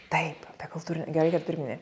taip apie kultūrinę gerai kad priminei